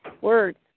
words